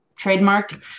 trademarked